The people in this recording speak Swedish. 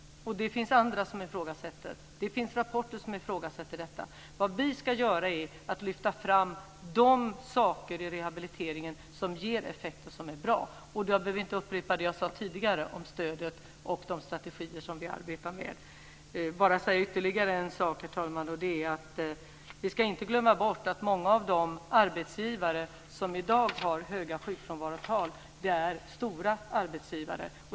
Det finns rapporter som ifrågasätter detta. Det vi ska göra är att lyfta fram de saker i rehabiliteringen som ger effekt och som är bra. Jag behöver inte upprepa det jag sade tidigare om stödet och de strategier som vi arbetar med. Jag vill bara säga ytterligare en sak, herr talman. Vi ska inte glömma bort att många av de arbetsgivare som i dag har höga sjukfrånvarotal är stora arbetsgivare.